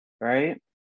right